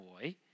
boy